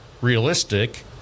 realistic